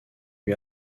lui